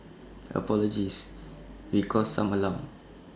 apologies we caused some alarm